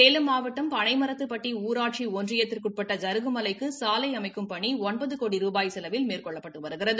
சேலம் மாவட்டம் பனைமரத்துப்பட்டி ஊரட்சி ஒன்றியத்துக்கு உட்பட்ட ஜருகுமலைக்கு சாலை அமைக்கும் பணி ஒன்பது கோடி ரூபாய் செலவில் மேற்கொள்ளப்பட்டு வருகிறது